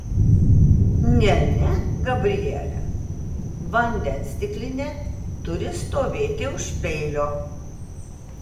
ne ne gabriele vandens stiklinė turi stovėti už peilio